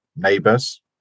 neighbors